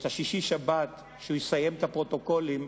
ובשישי-שבת, כשהוא יסיים את הפרוטוקולים,